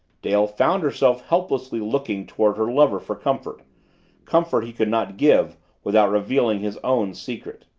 dale found herself helplessly looking toward her lover for comfort comfort he could not give without revealing his own secret.